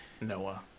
Noah